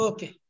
Okay